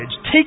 Take